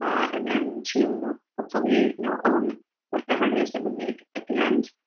and then to, hopefully, you know own whatever it is that we make at the end.